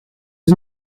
het